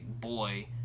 boy